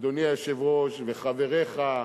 אדוני היושב-ראש, וחבריך,